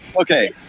Okay